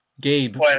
Gabe